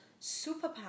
superpower